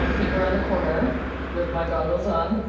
and peek around the corner with my goggles on.